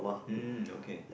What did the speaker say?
mm okay